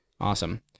Awesome